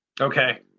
Okay